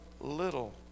little